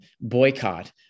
boycott